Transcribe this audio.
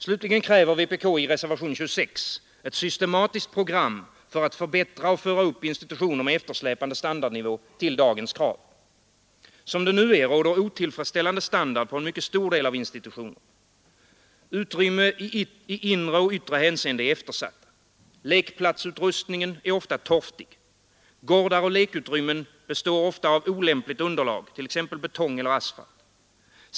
Slutligen kräver vpk i reservation 26 ett systematiskt program för att förbättra och föra upp institutioner med eftersläpande standardnivå till dagens krav. Som det nu är, råder otillfredsställande standard på en mycket stor del av institutionerna. Utrymmen i inre och yttre hänseende är eftersatta. Lekplatsutrustningen är ofta torftig. Gårdar och lekutrymmen består ofta av olämpligt underlag, t.ex. betong eller asfalt.